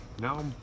now